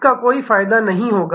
इसका कोई फायदा नहीं होगा